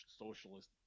Socialist